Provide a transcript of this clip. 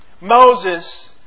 Moses